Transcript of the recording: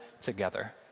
together